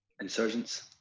insurgents